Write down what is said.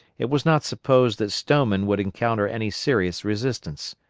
it was not supposed that stoneman would encounter any serious resistance.